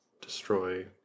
destroy